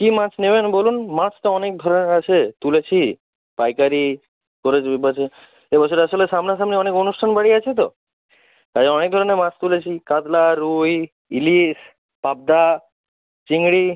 কী মাছ নেবেন বলুন মাছ তো অনেক ধরনের আছে তুলেছি পাইকারি করে এ বছরে আসলে সামনাসামনি অনেক অনুষ্ঠান বাড়ি আছে তো তাই অনেক ধরনের মাছ তুলেছি কাতলা রুই ইলিশ পাবদা চিংড়ি